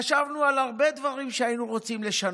חשבנו על הרבה דברים שהיינו רוצים לשנות,